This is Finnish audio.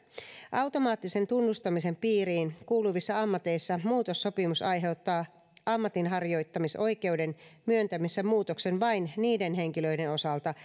automaattisen tunnustamisen piiriin kuuluvissa ammateissa muutossopimus aiheuttaa ammatinharjoittamisoikeuden myöntämisessä muutoksen vain niiden henkilöiden osalta